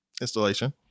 installation